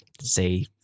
say